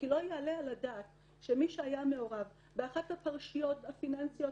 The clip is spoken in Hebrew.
כי לא יעלה על הדעת שמי שהיה מעורב באחת מהפרשיות הפיננסיות